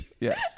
Yes